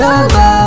love